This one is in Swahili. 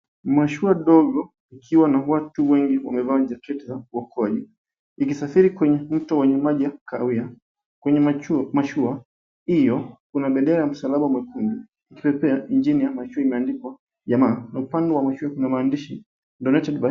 Mashua ndogo ikiwa na watu wengi wamevaa jaketi za uokoaji ikisafiri kwenye mto wa maji ya kahawia. Kwenye mashua hiyo kuna bendera ya msalaba mwekundu ikipepea juu ya na mashua imeandikwa jamaa. Upande wa mashua kuna maandishi.